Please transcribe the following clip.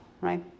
right